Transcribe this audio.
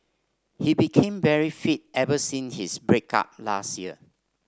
he became very fit ever sin his break up last year